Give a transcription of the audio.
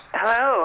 Hello